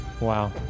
wow